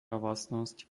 vlastnosť